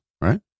Right